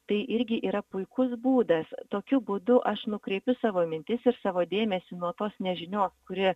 tai irgi yra puikus būdas tokiu būdu aš nukreipiu savo mintis ir savo dėmesį nuo tos nežinios kuri